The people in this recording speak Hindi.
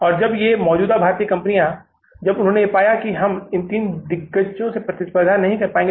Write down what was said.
और जब ये मौजूदा भारतीय कंपनियां जब उन्होंने यह भी पाया कि हम इन तीन दिग्गजों से प्रतिस्पर्धा नहीं पाएंगे